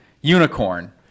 unicorn